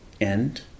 end